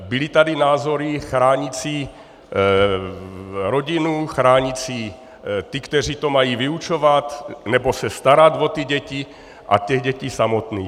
Byly tady názory chránící rodinu, chránící ty, kteří to mají vyučovat nebo se starat o ty děti, a těch dětí samotných.